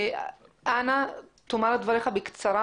אנא אמור את דבריך בקצרה.